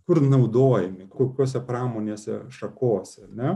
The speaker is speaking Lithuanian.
kur naudojami kokiose pramonėse šakose ar ne